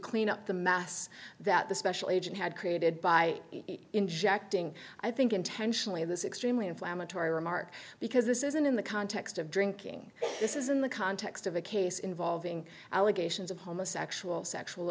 clean up the mess that the special agent had created by injecting i think intentionally of this extremely inflammatory remark because this isn't in the context of drinking this is in the context of a case involving allegations of homosexual sexual